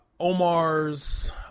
Omar's